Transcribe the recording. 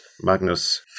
Magnus